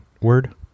word